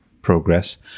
progress